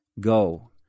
go